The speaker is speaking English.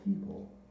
people